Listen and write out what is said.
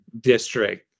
district